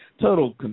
total